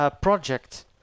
project